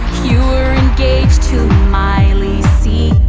you were engaged to miley c.